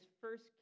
first